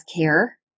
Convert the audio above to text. care